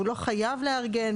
הוא לא חייב לארגן,